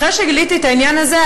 אחרי שגיליתי את העניין הזה,